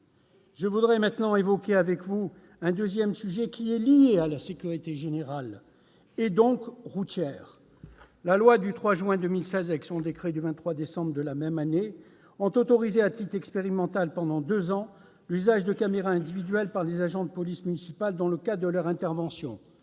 Je souhaite maintenant évoquer avec vous un second sujet, qui est lié à la sécurité générale, donc à la sécurité routière. La loi du 3 juin 2016 et son décret du 23 décembre de la même année ont autorisé, à titre expérimental, pendant deux ans, l'usage de caméras individuelles par les agents de police municipale dans le cadre de leurs interventions,